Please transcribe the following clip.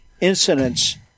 incidents